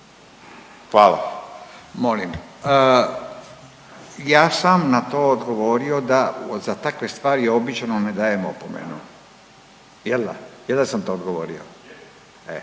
(Nezavisni)** Ja sam na to odgovorio da za takve stvari obično ne dajem opomenu. Jel' da, jel' da sam to odgovorio? E